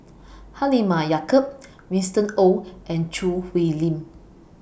Halimah Yacob Winston Oh and Choo Hwee Lim